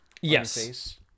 Yes